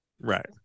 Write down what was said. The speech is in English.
right